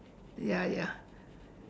ya ya